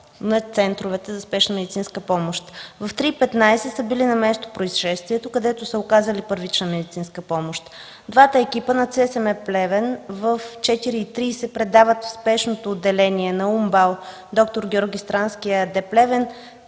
на центровете за спешна медицинска помощ. В три и петнадесет са били на местопроизшествието, където са оказали първична медицинска помощ. Двата екипа на ЦСМП – Плевен, в 4,30 ч. предават в Спешното отделение на УМБАЛ „Д-р Георги Странски” ЕАД – Плевен,